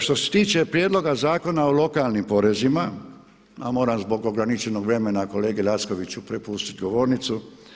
Što se tiče Prijedloga zakona o lokalnim porezima, a moram zbog ograničenog vremena kolegi Lackoviću prepustiti govornicu.